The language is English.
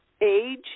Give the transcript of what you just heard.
age